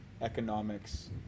economics